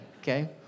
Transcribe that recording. okay